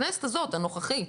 בכנסת הזאת, הנוכחית,